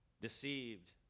deceived